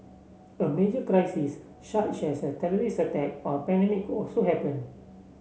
a major crisis such as a terrorist attack or a pandemic could also happen